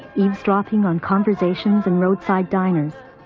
eavesdropping on conversations, and roadside diners,